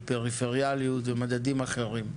פריפריאליות ומדדים אחרים.